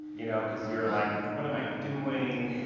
you know, because you're like, what am i doing,